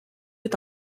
est